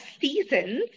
seasons